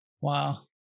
Wow